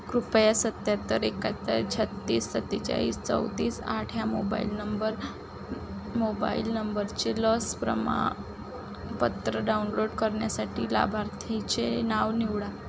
कृपया सत्त्याहत्तर एकाहत्तर छत्तीस सत्तेचाळीस चौतीस आठ ह्या मोबाईल नंबर मोबाईल नंबरचे लस प्रमाण पत्र डाउनलोड करण्यासाठी लाभार्थीचे नाव निवडा